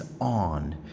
on